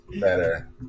better